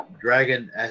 Dragon